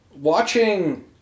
watching